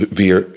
weer